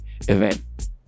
event